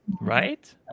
Right